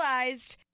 realized